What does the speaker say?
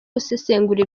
gusengera